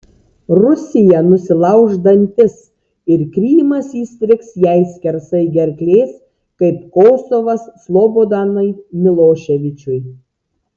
rusija nusilauš dantis ir krymas įstrigs jai skersai gerklės kaip kosovas slobodanui miloševičiui